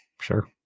Sure